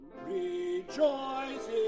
rejoice